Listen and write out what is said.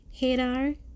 Hadar